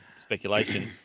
speculation